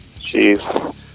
Jeez